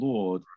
Lord